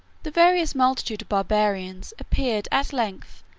the various multitude of barbarians appeared, at length,